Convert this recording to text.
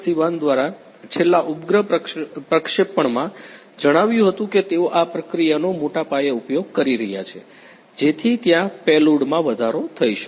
સિવાન દ્વારા છેલ્લા ઉપગ્રહ પ્રક્ષેપણમાં જણાવ્યું હતું કે તેઓ આ પ્રક્રિયાનો મોટાપાયે ઉપયોગ કરી રહ્યા છે જેથી ત્યાં પેલોડમાં વધારો થઈ શકે